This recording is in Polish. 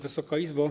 Wysoka Izbo!